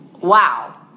wow